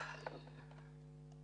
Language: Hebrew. זה בגלל חשש מקורונה?